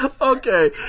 okay